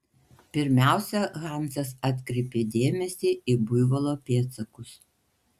pirmiausia hansas atkreipė dėmesį į buivolo pėdsakus